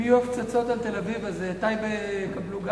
אם יהיו הפצצות על תל-אביב, טייבה יקבלו?